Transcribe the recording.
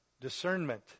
discernment